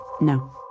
no